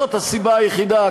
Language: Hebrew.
זאת הסיבה היחידה.